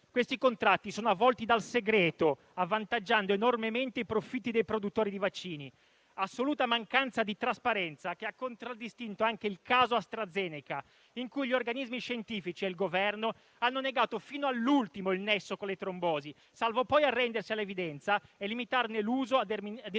Questi contratti sono avvolti dal segreto, avvantaggiando enormemente i profitti dei produttori di vaccini. La stessa assoluta mancanza di trasparenza ha contraddistinto anche il caso AstraZeneca, in cui gli organismi scientifici e il Governo hanno negato fino all'ultimo il nesso con le trombosi, salvo poi arrendersi all'evidenza e limitarne l'uso a determinate